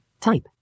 type